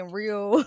real